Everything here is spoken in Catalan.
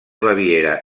baviera